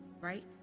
Right